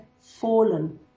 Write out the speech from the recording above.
fallen